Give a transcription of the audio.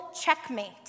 Checkmate